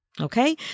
Okay